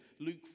Luke